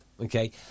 okay